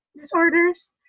disorders